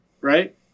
right